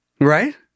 Right